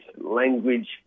language